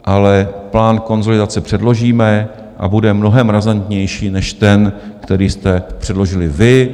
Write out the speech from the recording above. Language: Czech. Ale plán konsolidace předložíme a bude mnohem razantnější než ten, který jste předložili vy.